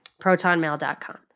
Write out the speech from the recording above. protonmail.com